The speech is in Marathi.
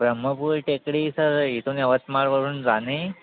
ब्रह्मपुई टेकडी तर इथून यवतमाळवरून जाणे